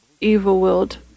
evil-willed